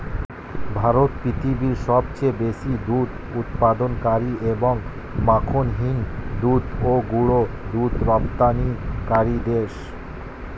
ভারত পৃথিবীর সবচেয়ে বেশি দুধ উৎপাদনকারী এবং মাখনহীন দুধ ও গুঁড়ো দুধ রপ্তানিকারী দেশ